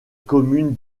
commune